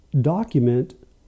document